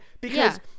because-